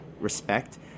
respect